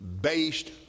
based